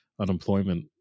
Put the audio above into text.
unemployment